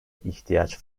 ihtiyaç